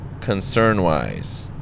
concern-wise